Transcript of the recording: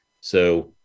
So-